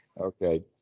Okay